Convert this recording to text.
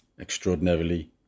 extraordinarily